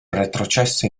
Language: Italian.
retrocesse